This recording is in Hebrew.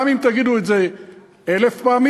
גם אם תגידו את זה אלף פעמים,